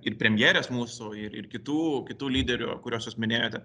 ir premjerės mūsų ir ir kitų kitų lyderių kuriuos jūs minėjote